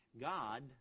God